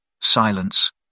Silence